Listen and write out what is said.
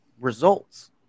results